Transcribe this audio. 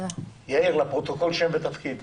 יאיר, לפרוטוקול שם ותפקיד.